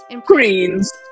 Greens